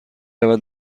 رود